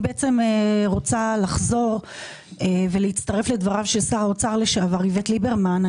אני רוצה לחזור ולהצטרף לדבריו של שר האוצר לשעבר איווט ליברמן.